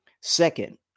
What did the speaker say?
Second